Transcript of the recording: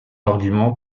arguments